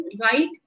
right